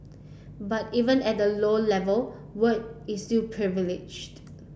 but even at a low level work is still privileged